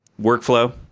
workflow